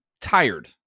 tired